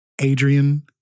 Adrian